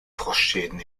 frostschäden